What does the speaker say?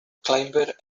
climber